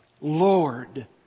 Lord